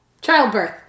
Childbirth